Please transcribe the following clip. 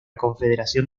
confederación